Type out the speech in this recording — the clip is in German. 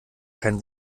kein